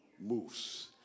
moves